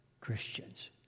Christians